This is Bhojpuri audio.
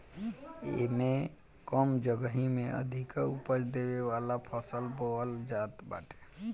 एमे कम जगही में अधिका उपज देवे वाला फसल बोअल जात बाटे